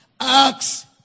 Acts